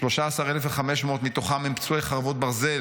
13,500 מהם הם פצועי חרבות ברזל.